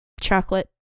chocolate